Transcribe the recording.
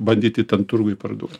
bandyti ten turguj parduot